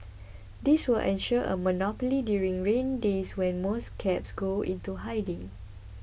this will ensure a monopoly during rainy days when most cabs go into hiding